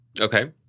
Okay